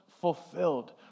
fulfilled